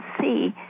see